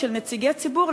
של נציגי ציבור,